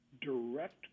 direct